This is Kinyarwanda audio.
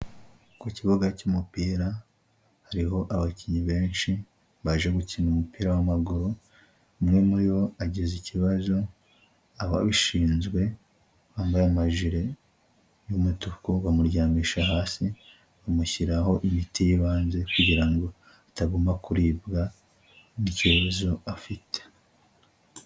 Ku kibuga cy'umupira, hariho abakinnyi benshi baje gukina umupira w'amaguru, umwe muri bo agize ikibazo ababishinzwe bambaye amajire y'umutuku bamuryamisha hasi, bamushyiraho imiti y'ibanze kugira ngo ataguma kuribwa n'ikibazo afite.